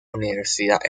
universidad